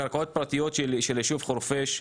הקרקעות הפרטיות של היישוב חורפיש,